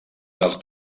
dels